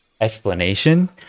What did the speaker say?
explanation